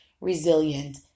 resilient